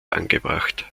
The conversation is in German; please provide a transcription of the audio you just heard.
angebracht